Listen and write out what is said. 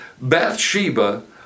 Bathsheba